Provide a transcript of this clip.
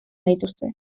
gaituzte